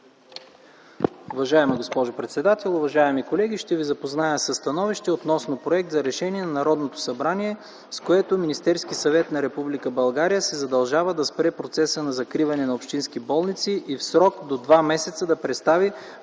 Уважаема госпожо председател, уважаеми колеги, ще ви запозная със „СТАНОВИЩЕ относно Проект за решение на Народното събрание, с което Министерският съвет на Република България се задължава да спре процеса на закриване на общински болници и в срок до два месеца да представи